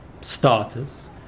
starters